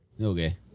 Okay